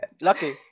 Lucky